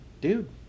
Dude